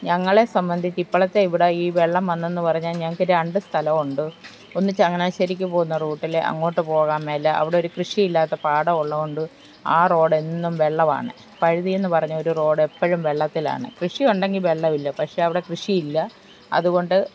ഞങ്ങളെ സംബന്ധിച്ച് ഇപ്പോഴത്തെ ഇവിടെ ഈ വെള്ളം വന്നെന്നു പറഞ്ഞാൽ ഞങ്ങൾക്കു രണ്ടു സ്ഥലമോ ഉണ്ട് ഒന്ന് ചങ്ങനാശ്ശേരിക്കു പോകുന്ന റൂട്ടിൽ അങ്ങോട്ടു പോകാൻ മേല അവിടെ ഒരു കൃഷി ഇല്ലാത്ത പാടവും ഉള്ളതു കൊണ്ട് ആ റോഡ് എന്നും വെള്ളമാണ് പഴുതിയെന്നു പറഞ്ഞൊരു റോഡ് എപ്പോഴും വെള്ളത്തിലാണ് കൃഷി ഉണ്ടെങ്കിൽ വെള്ളമോ ഇല്ല പക്ഷെ അവിടെ കൃഷി ഇല്ല അതുകൊണ്ട്